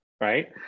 right